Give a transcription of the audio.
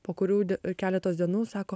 po kurių keletos dienų sako